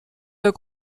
der